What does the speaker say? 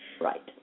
right